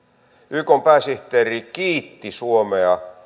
ykn pääsihteeri kiitti suomea